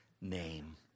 name